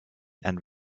and